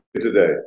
today